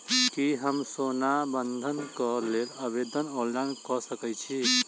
की हम सोना बंधन कऽ लेल आवेदन ऑनलाइन कऽ सकै छी?